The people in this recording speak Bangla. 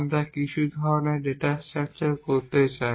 আমরা কিছু ধরণের ডেটা স্ট্রাকচার করতে চাই